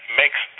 makes